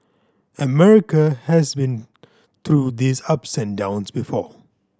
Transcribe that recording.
America has been through these ups and downs before